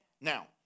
Now